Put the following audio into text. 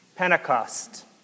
Pentecost